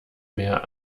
mehr